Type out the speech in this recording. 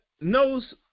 knows